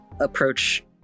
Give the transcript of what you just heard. approach